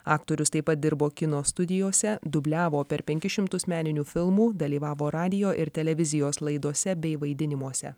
aktorius taip pat dirbo kino studijose dubliavo per penkis šimtus meninių filmų dalyvavo radijo ir televizijos laidose bei vaidinimuose